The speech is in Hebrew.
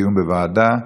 דיון בוועדה.